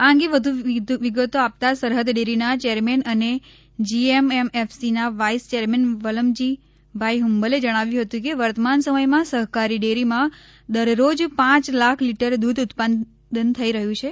આ અંગે વધુ વિગતો આપતાં સરહદ ડેરીના ચેરમેન અને જીએમએમએફસીના વાઇસ ચેરમેન વલમજીભાઇ હુંબલે જણાવ્યું હતું કે વર્તમાન સમયમાં સહકારી ડેરીમાં દરરોજ પ લાખ લીટર દુધ ઉત્પાદન થઇ રહ્યું છે